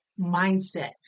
mindset